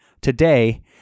today